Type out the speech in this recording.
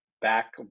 back